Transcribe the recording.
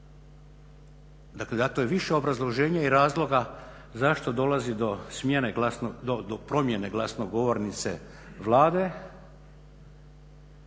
Dakle dato je više obrazloženja i razloga zašto dolazi do promjene glasnogovornice Vlade,